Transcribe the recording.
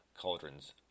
Cauldrons